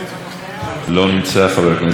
חבר הכנסת ישראל אייכלר, בבקשה,